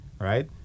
right